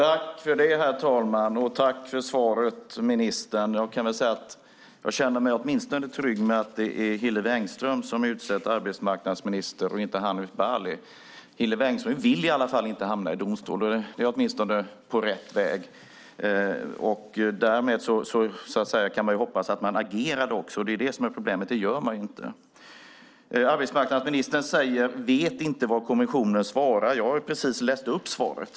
Herr talman! Jag tackar ministern för svaret. Jag känner mig åtminstone trygg med att det är Hillevi Engström som är utsedd till arbetsmarknadsminister och inte Hanif Bali. Hillevi Engström vill i alla fall inte hamna i domstol. Det är åtminstone på rätt väg. Därmed kan jag hoppas att man också agerar. Men problemet är att man inte gör det. Arbetsmarknadsministern säger att hon inte vet vad kommissionen svarar. Jag har precis läst upp svaret.